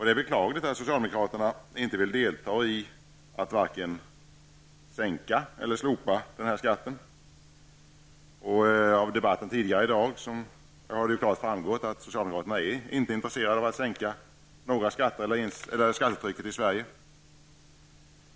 Det är beklagligt att socialdemokraterna inte vill delta i att vare sig sänka eller slopa den här skatten. Av debatten tidigare i dag har det ju klart framgått att socialdemokraterna inte är intresserade av att sänka skattetrycket i Sverige.